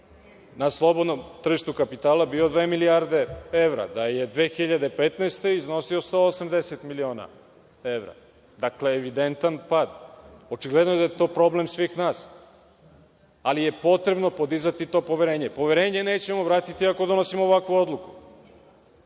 na slobodnom tržištu kapitala bio dve milijarde evra, da je 2015. godine iznosio 180 miliona evra. Dakle, evidentan je pad. Očigledno je da je to problem svih nas. Ali, potrebno je podizati to poverenje. Poverenje nećemo vratiti ako donosimo ovakvu odluku,